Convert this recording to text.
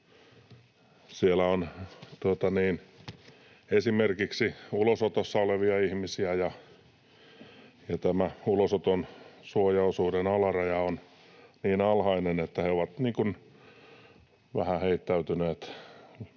Siellä on esimerkiksi ulosotossa olevia ihmisiä, ja tämä ulosoton suojaosuuden alaraja on niin alhainen, että he ovat niin kuin vähän heittäytyneet